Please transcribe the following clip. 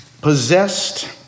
possessed